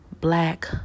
black